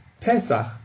Pesach